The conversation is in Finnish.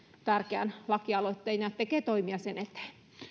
tärkeän lakialoitteen ja tekee toimia sen eteen